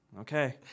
Okay